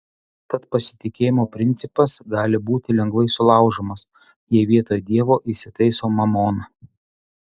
tad pasitikėjimo principas gali būti lengvai sulaužomas jei vietoj dievo įsitaiso mamona